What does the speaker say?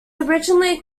originally